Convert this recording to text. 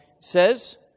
says